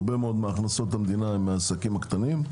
הרבה מאוד מהכנסות המדינה מגיעות מהעסקים הקטנים.